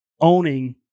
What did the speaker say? owning